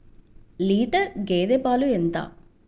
Litre గేదె పాలు ఎంత?